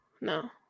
no